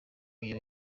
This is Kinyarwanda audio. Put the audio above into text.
ibyo